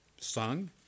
sung